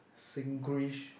Singlish